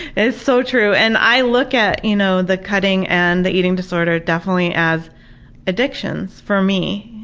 it's so true. and i look at you know the cutting and the eating disorder definitely as addictions for me.